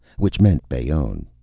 which meant bayonne.